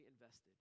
invested